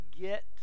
get